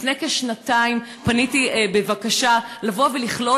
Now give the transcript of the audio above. לפני כשנתיים פניתי בבקשה לבוא ולכלול